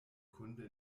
kunde